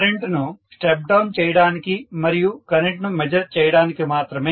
కరెంటును step down చేయడానికి మరియు కరెంట్ ను మెజర్ చేయడానికి మాత్రమే